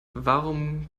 warum